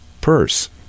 purse